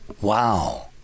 Wow